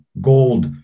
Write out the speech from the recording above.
gold